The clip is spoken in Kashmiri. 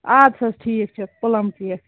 اَدٕ حظ ٹھیٖک چھُ پُلم کیک